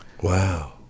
Wow